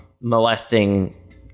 molesting